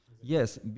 Yes